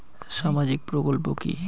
সামাজিক প্রকল্প কি?